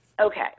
Okay